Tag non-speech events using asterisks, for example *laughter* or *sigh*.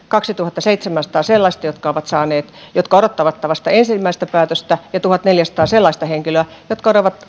*unintelligible* kaksituhattaseitsemänsataa sellaista jotka odottavat vasta ensimmäistä päätöstä ja tuhatneljäsataa sellaista henkilöä jotka